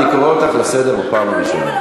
אני קורא אותך לסדר בפעם הראשונה.